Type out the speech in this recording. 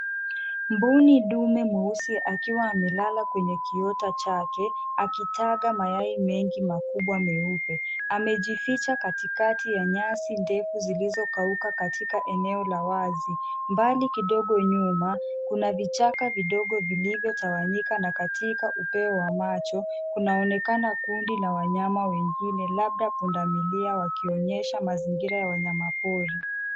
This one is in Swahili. Mbuni dume mweusi akiwa amelala kwenye kiota chake akitaga mayai mengi makubwa meupe, amejificha katikati ya nyasi ndefu zilizokauka katika eneo la wazi. Mbali kidogo nyuma, kuna vichaka vidogo vilivyo tawanyika na katika upeo wa macho kunaonekana kundi la wanyama wengine labda pundamilia wakionyesha mazingira ya wanyama pori.